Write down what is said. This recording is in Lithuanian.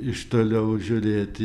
iš toliau žiūrėti